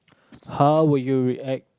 how would you react